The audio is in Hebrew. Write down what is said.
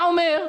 אתה אומר: